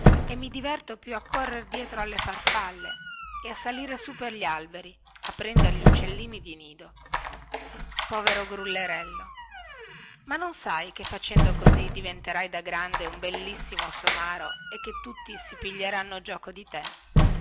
e mi diverto più a correre dietro alle farfalle e a salire su per gli alberi a prendere gli uccellini di nido povero grullerello ma non sai che facendo così diventerai da grande un bellissimo somaro e che tutti si piglieranno gioco di te